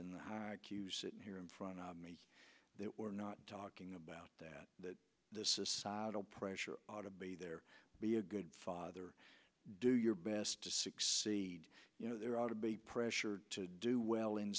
q sitting here in front of me that we're not talking about that that the societal pressure to be there be a good father do your best to succeed you know there ought to be pressure to do well in